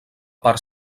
part